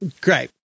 Great